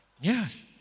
Yes